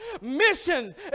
missions